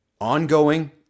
ongoing